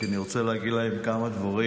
כי אני רוצה להגיד להם כמה דברים